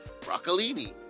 broccolini